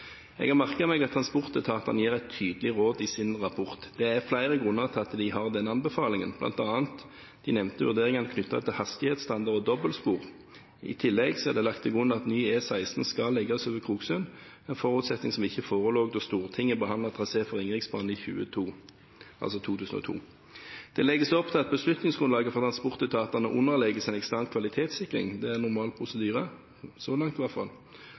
Jeg har merket meg at transportetatene gir et tydelig råd i sin rapport. Det er flere grunner til at de har denne anbefalingen, bl.a. de nevnte vurderingene knyttet til hastighetsstandard og dobbeltspor. I tillegg er det lagt til grunn at ny E16 skal legges over Kroksund, en forutsetning som ikke forelå da Stortinget behandlet trasé for Ringeriksbanen i 2002. Det legges opp til at beslutningsgrunnlaget for transportetatene underlegges en ekstern kvalitetssikring – det er normal prosedyre, så langt i hvert fall.